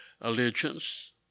allegiance